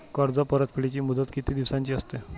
कर्ज परतफेडीची मुदत किती दिवसांची असते?